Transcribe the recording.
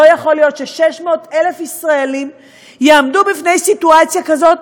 לא יכול להיות ש-600,000 ישראלים יעמדו בפני סיטואציה כזאת,